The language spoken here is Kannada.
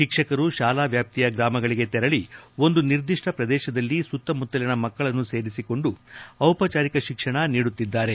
ಶಿಕ್ಷಕರು ಶಾಲಾ ವ್ಯಾಪ್ತಿಯ ಗ್ರಾಮಗಳಿಗೆ ತೆರಳಿ ಒಂದು ನಿರ್ದಿಷ್ಟ ಪ್ರದೇಶದಲ್ಲಿ ಸುತ್ತಮುತ್ತಲಿನ ಮಕ್ಕಳನ್ನು ಸೇರಿಸಿಕೊಂಡು ಔಪಚಾರಿಕ ಶಿಕ್ಷಣ ನೀಡುತ್ತಿದ್ದಾರೆ